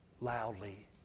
loudly